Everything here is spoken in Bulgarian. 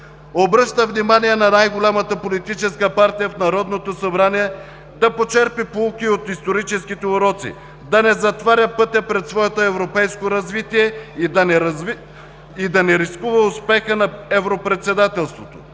обръща внимание на най-голямата политическа партия в Народното събрание да почерпи поуки от историческите уроци, да не затваря пътя пред своето европейско развитие и да не рискува успеха на европредседателството.